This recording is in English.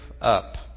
up